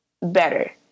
better